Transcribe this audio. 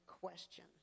question